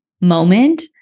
moment